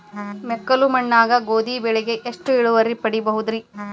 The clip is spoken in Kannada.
ಮೆಕ್ಕಲು ಮಣ್ಣಾಗ ಗೋಧಿ ಬೆಳಿಗೆ ಎಷ್ಟ ಇಳುವರಿ ಪಡಿಬಹುದ್ರಿ?